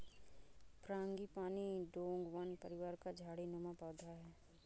frangipani डोंगवन परिवार का झाड़ी नुमा पौधा है